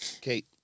Kate